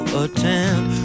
attend